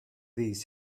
these